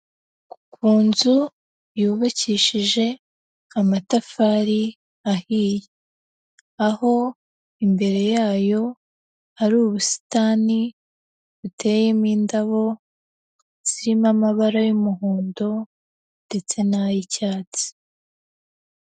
Ku nzu yubakishije amatafari ahiye. Aho imbere yayo hari ubusitani buteyemo indabo zirimo amabara y'umuhondo ndetse n'ay'icyatsi.